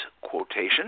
quotation